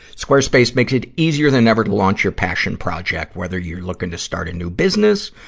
squarespace makes it easier than ever to launch your passion project, whether you're looking to start a new business,